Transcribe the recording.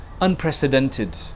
unprecedented